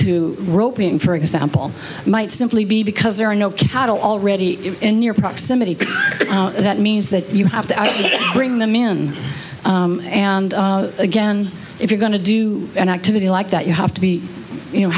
to roping for example might simply be because there are no cattle already in your proximity that means that you have to bring them in and again if you're going to do an activity like that you have to be